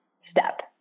step